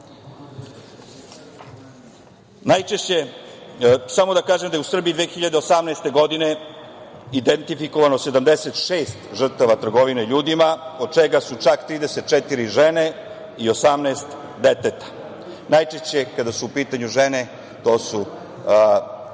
trafikinga. Samo da kažem da je u Srbiji 2018. godine identifikovano 76 žrtava trgovine ljudima, od čega su čak 34 žene i 18 deteta. Najčešće kada su u pitanju žene to su